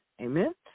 Amen